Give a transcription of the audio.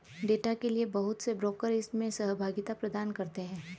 data के लिये बहुत से ब्रोकर इसमें सहभागिता प्रदान करते हैं